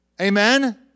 Amen